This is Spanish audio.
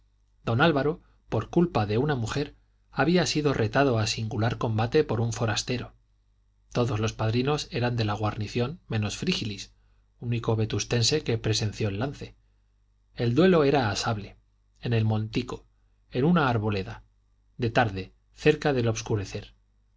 don álvaro por culpa de una mujer había sido retado a singular combate por un forastero todos los padrinos eran de la guarnición menos frígilis único vetustense que presenció el lance el duelo era a sable en el montico en una arboleda de tarde cerca del obscurecer